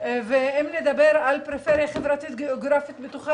ואם נדבר על פריפריה חברתית גיאוגרפית בטוחה